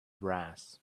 brass